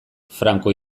franco